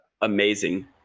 amazing